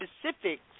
specifics